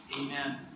Amen